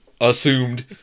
assumed